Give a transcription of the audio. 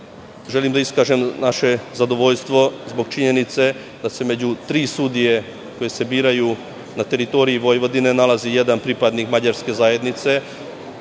Želim da iskažem naše zadovoljstvo zbog činjenice da se među tri sudije koje se biraju na teritoriji Vojvodine nalazi jedan pripadnik mađarske zajednice,